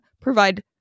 provide